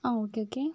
ആ okay okay